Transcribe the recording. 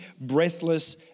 breathless